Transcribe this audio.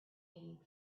getting